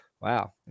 Wow